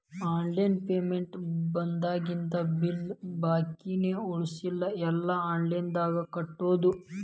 online payment ಬಂದಾಗಿಂದ bill ಬಾಕಿನ ಉಳಸಲ್ಲ ಎಲ್ಲಾ ಆನ್ಲೈನ್ದಾಗ ಕಟ್ಟೋದು